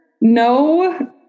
no